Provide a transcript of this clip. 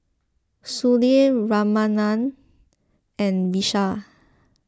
Sudhir Ramanand and Vishal